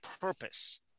purpose